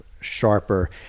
sharper